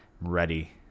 Ready